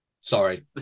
Sorry